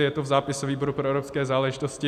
Je to v zápisu výboru pro evropské záležitosti.